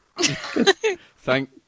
thank